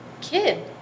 kid